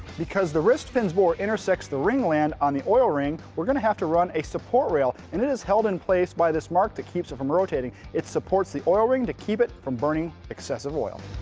because the wrist pin's bore intersects the ring land on the oil ring we're gonna have to run a support rail, and it is held in place by this mark that keeps it from rotating. it supports the oil ring to keep it from burning excessive oil.